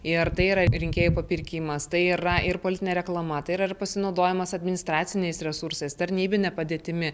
ir tai yra rinkėjų papirkimas tai yra ir politinė reklama tai yra ir pasinaudojimas administraciniais resursais tarnybine padėtimi